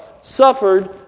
suffered